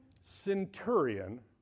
centurion